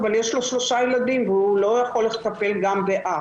אבל יש לו שלושה ילדים והוא לא יכול לטפל גם באח.